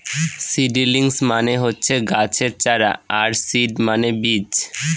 seedlings মানে হচ্ছে গাছের চারা আর সিড মানে বীজ